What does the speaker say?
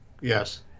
Yes